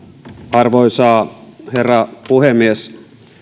arvoisa herra puhemies